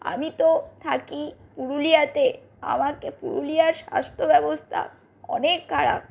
আমি তো থাকি পুরুলিয়াতে আমাকে পুরুলিয়ার স্বাস্থ্য ব্যবস্থা অনেক খারাপ